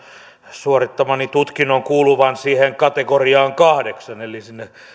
suorittamani tutkinnon kuuluvan siihen kategoriaan kahdeksan eli sinne